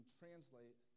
translate